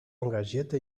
engagierte